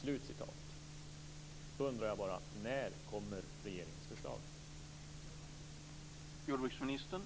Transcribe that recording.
Då undrar jag bara: När kommer regeringens förslag?